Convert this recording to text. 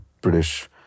British